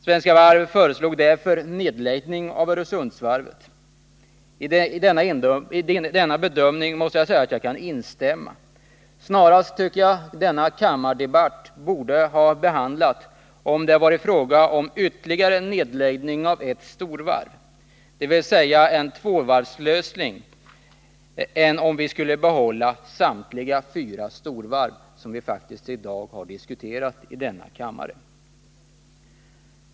Svenska Varv föreslog därför nedläggning av Öresundsvarvet. I den bedömningen kan jag instämma. Denna debatt borde snarare handla om ytterligare nedläggning av ett storvarv, dvs. tvåvarvslösning, än om behållande av samtliga fyra storvarv — som faktiskt i dag har diskuterats i denna kammare.